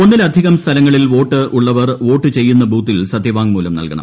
ഒന്നിലധികം സ്ഥലങ്ങളിൽ വോട്ട് ഉള്ളവർ വോട്ട് ചെയ്യുന്ന ബൂത്തിൽ സത്യവാങ്മൂലം നൽകണം